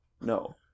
no